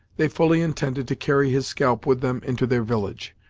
they fully intended to carry his scalp with them into their village,